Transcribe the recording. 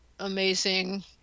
Amazing